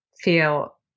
feel